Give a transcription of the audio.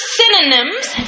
synonyms